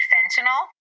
Fentanyl